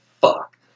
Fuck